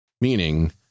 Meaning